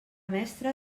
mestre